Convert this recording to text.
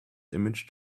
image